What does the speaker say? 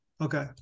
Okay